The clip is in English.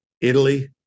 Italy